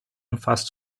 umfasst